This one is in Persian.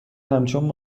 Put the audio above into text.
همچون